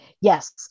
yes